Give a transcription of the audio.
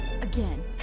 again